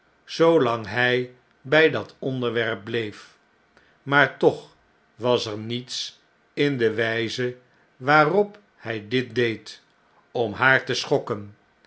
zoolang hij bn dat onderwerp bleef maar toch was er niets in de wijze waarop hij dit deed om haar te schokken